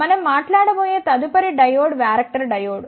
మనం మాట్లాడబోయే తదుపరి డయోడ్ వ్యారక్టర్ డయోడ్